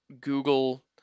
Google